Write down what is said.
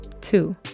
Two